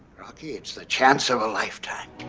rocky chance of a lifetime.